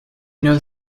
know